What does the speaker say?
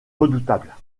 redoutable